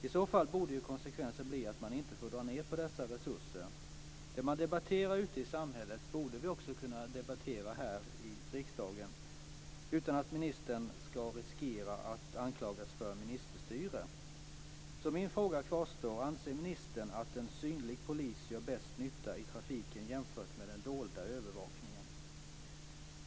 I så fall borde ju konsekvensen bli att man inte får dra ned på dessa resurser. Det man debatterar ute i samhället borde vi också kunna debattera här i riksdagen utan att ministern ska riskera att anklagas för ministerstyre. Min fråga kvarstår därför: Anser ministern att en synlig polis gör bäst nytta i trafiken jämfört med den dolda övervakningen?